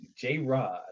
J-Rod